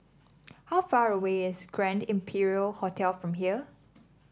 how far away is Grand Imperial Hotel from here